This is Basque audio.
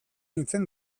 nintzen